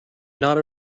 not